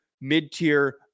mid-tier